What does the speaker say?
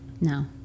No